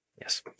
Yes